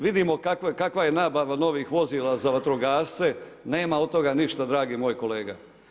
Vidimo kakva je nabava novih vozila za vatrogasce, nema od toga ništa dragi kolega.